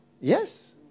Yes